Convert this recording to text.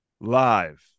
live